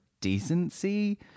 decency